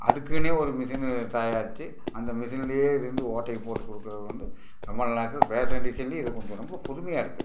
அதுக்குனே ஒரு மிஷினை தயாரித்து அந்த மிஷினில் ரெண்டு ஓட்டைய போட்டு கொடுக்கறது வந்து ரொம்ப நல்லாயிருக்கும் ஃபேஷன் டிசைனில் இது கொஞ்சம் ரொம்ப ஃபுதுமையாக இருக்குது